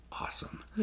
awesome